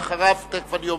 אדוני היושב-ראש, חברי הכנסת,